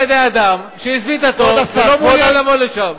תפוס על-ידי אדם שהזמין את התור ולא מעוניין לבוא לשם.